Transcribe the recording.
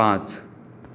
पांच